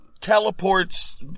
Teleports